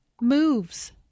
moves